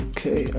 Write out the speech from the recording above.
Okay